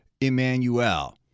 Emmanuel